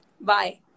Bye